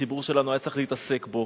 שהציבור שלנו היה צריך להתעסק בו הוא